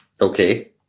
Okay